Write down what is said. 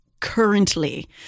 currently